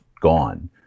gone